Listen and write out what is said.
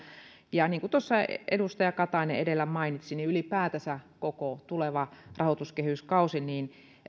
niin kuin edustaja katainen edellä mainitsi ylipäätänsä koko tuleva rahoituskehyskausi